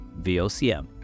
VOCM